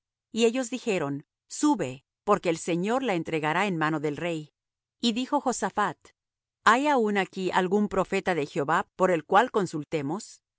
y ellos dijeron sube porque el señor la entregará en mano del rey y dijo josaphat hay aún aquí algún profeta de jehová por el cual consultemos y